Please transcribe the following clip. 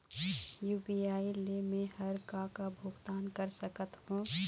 UPI ले मे हर का का भुगतान कर सकत हो?